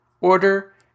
order